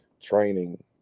training